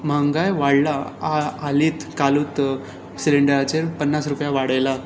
म्हारगाय वाडला हालींच कालूच सिलिंडराचेर पन्नास रुपया वाडयला